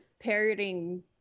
parroting